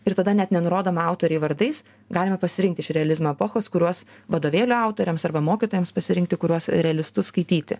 ir tada net nenurodoma autoriai vardais galima pasirinkti iš realizmo epochos kuriuos vadovėlių autoriams arba mokytojams pasirinkti kuriuos realistus skaityti